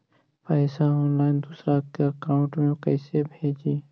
पैसा ऑनलाइन दूसरा के अकाउंट में कैसे भेजी?